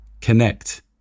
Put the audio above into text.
connect